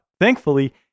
Thankfully